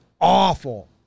awful